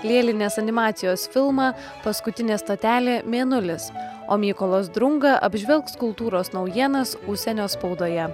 lėlinės animacijos filmą paskutinė stotelė mėnulis o mykolas drunga apžvelgs kultūros naujienas užsienio spaudoje